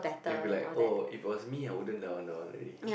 you will be like oh if it was me I wouldn't that one that one already